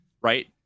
right